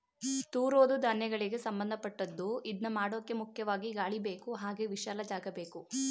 ತೂರೋದೂ ಧಾನ್ಯಗಳಿಗೆ ಸಂಭಂದಪಟ್ಟದ್ದು ಇದ್ನಮಾಡೋಕೆ ಮುಖ್ಯವಾಗಿ ಗಾಳಿಬೇಕು ಹಾಗೆ ವಿಶಾಲ ಜಾಗಬೇಕು